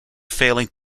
failing